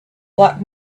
black